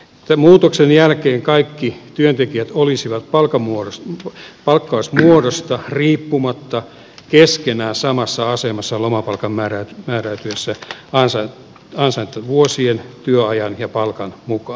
tämän muutoksen jälkeen kaikki työntekijät olisivat palkkausmuodosta riippumatta keskenään samassa asemassa lomapalkan määräytyessä ansaintavuosien työajan ja palkan mukaan